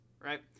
right